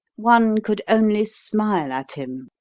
one could only smile at him,